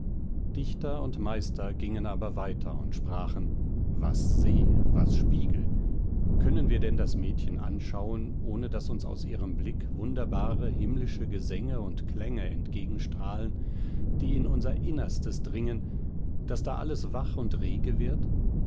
dichter und meister gingen aber weiter und sprachen was see was spiegel können wir denn das mädchen anschauen ohne daß uns aus ihrem blick wunderbare himmlische gesänge und klänge entgegenstrahlen die in unser innerstes dringen daß da alles wach und rege wird